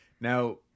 Now